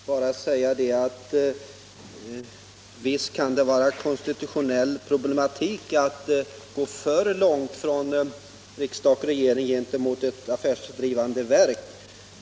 Herr talman! Jag tackar kommunikationsministern för vänligheten att kommentera inlägget och vill bara säga att visst kan det innebära konstitutionell problematik att från riksdag och regering gå för långt gentemot ett affärsdrivande verk.